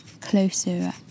closer